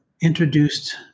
introduced